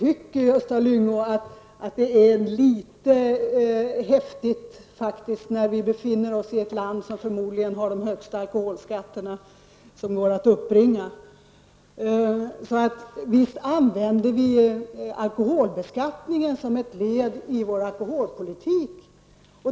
Det är, Gösta Lyngå, litet väl häftigt så att säga att göra ett sådant uttalande mot bakgrund av att Sverige förmodligen är det land som har den högsta alkoholskatten. Visst utgör alkoholbeskattningen ett led i vår alkoholpolitik.